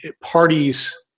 parties